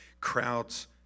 crowds